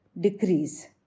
decrease